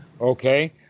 Okay